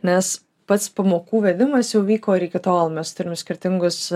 nes pats pamokų vedimas jau vyko ir iki tol mes turim skirtingus